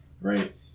right